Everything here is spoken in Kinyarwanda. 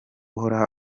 uhora